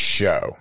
show